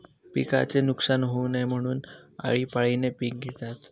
पिकाचे नुकसान होऊ नये म्हणून, आळीपाळीने पिक घेतात